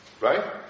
Right